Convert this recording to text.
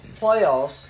playoffs